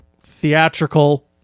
theatrical